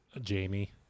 Jamie